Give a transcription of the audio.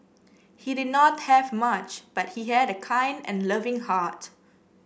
he did not have much but he had a kind and loving heart